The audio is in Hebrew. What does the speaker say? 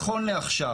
נכון לעכשיו